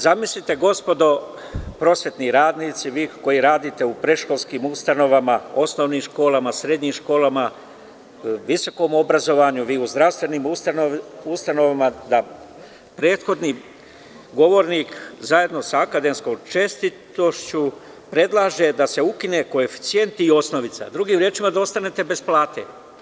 Zamislite gospodo prosvetni radnici, vi koji radite u predškolskim ustanovama, osnovnim školama, srednjim školama, visokom obrazovanju, vi u zdravstvenim ustanovama, da prethodni govornik zajedno sa akademskom čestitošću predlaže da se ukine koeficijent i osnovica, drugim rečima – da ostanete bez plate.